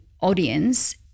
audience